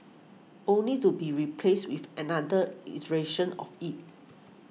only to be replaced with another iteration of it